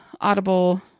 audible